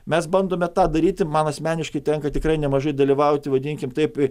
mes bandome tą daryti man asmeniškai tenka tikrai nemažai dalyvauti vadinkim taip